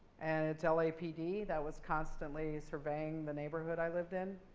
and it's lapd that was constantly surveying the neighborhood i lived in,